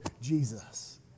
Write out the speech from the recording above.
Jesus